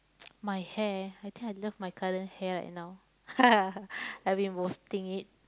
my hair I think I love my current hair right now I been boasting it